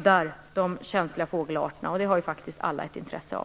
att känsliga fågelarter skyddas, vilket alla faktiskt har ett intresse av.